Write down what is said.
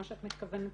מה שאת מתכוונת